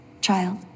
child